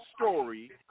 story